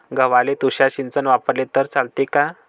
गव्हाले तुषार सिंचन वापरले तर चालते का?